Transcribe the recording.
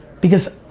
because